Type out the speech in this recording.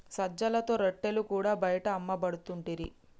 సజ్జలతో రొట్టెలు కూడా బయట అమ్మపడుతుంటిరి